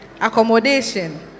Accommodation